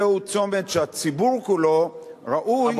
זהו צומת שהציבור כולו ראוי שיראה מה קרה ומה קורה בו.